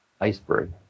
iceberg